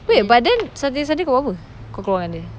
wait but then saturday sunday kau buat apa kau keluar dengan dia